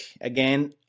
again